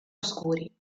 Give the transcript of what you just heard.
oscuri